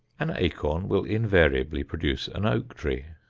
an acorn will invariably produce an oak tree.